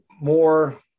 more